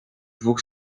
dwóch